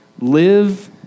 Live